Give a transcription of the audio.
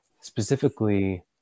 specifically